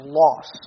loss